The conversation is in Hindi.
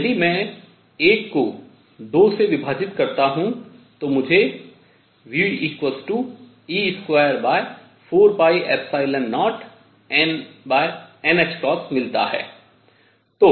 यदि मैं 1 को 2 से विभाजित करता हूँ तो मुझे ve240n मिलता है